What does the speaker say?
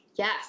Yes